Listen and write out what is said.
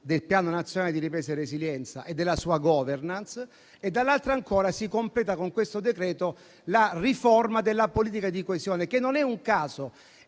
del Piano nazionale di ripresa e resilienza e della sua *governance*. Dall'altro ancora, si completa con questo decreto la riforma della politica di coesione, che non è